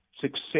success